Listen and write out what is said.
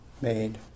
made